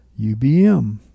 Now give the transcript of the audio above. UBM